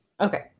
Okay